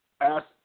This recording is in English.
ask